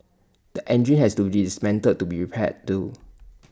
the engine has to be dismantled to be repaired too